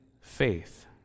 faith